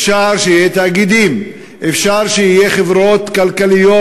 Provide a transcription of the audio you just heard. אפשר שיהיה תאגידים, אפשר שיהיה חברות כלכליות